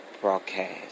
broadcast